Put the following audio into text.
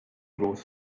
growth